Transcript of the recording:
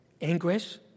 anguish